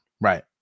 Right